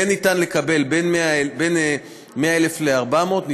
כן אפשר לקבל בין 100,000 ל-400,000,